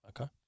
Okay